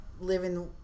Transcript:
living